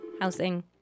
housing